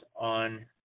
on